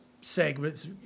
segments